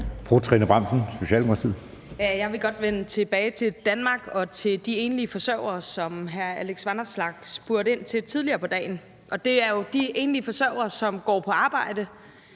Trine Bramsen (S): Jeg vil godt vende tilbage til Danmark og til de enlige forsørgere, som hr. Alex Vanopslagh spurgte ind til tidligere på dagen, og det er jo de enlige forsørgere, som går på arbejde,